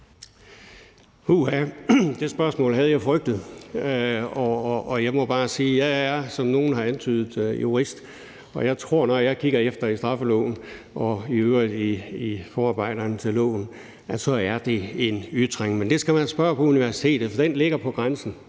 Puha, det spørgsmål havde jeg frygtet, og jeg må bare sige, at jeg, som nogle har antydet, er jurist, og jeg tror, at når jeg kigger efter i straffeloven og i øvrigt i forarbejderne til loven, så er det en ytring, men det skal man spørge om på universitetet, for den ligger på grænsen,